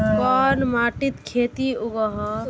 कोन माटित खेती उगोहो?